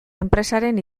enpresaren